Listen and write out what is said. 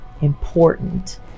important